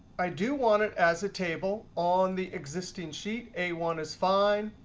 i do want it as a table on the existing sheet. a one is fine.